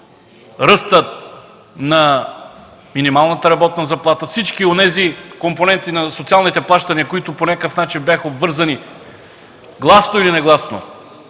ръста на минималната работна заплата; всички онези компоненти на социалните плащания, които по някакъв начин бяха обвързани гласно или негласно